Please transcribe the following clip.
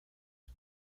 han